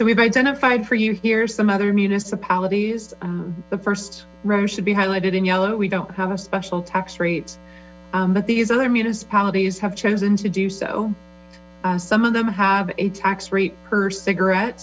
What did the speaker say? so we've identified for you here some other municipalities the first row should be highlighted in yellow we don't have a special tax rate but these other municipalities have chosen to do so som of them have a tax rate her cigaret